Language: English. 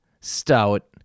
stout